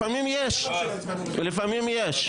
לפעמים יש נסיבות